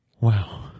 Wow